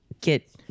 get